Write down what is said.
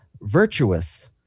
virtuous